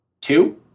two